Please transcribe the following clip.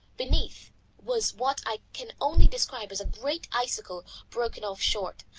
beneath was what i can only describe as a great icicle broken off short,